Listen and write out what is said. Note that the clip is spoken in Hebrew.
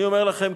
אני אומר לכם,